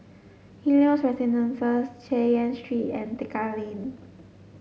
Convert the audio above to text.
Helios Residences Chay Yan Street and Tekka Lane